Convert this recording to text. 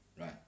Right